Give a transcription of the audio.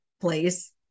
place